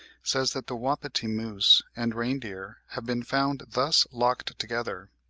says that the wapiti, moose, and reindeer have been found thus locked together.